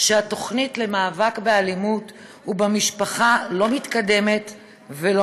שהתוכנית למאבק באלימות במשפחה לא מתקדמת ולא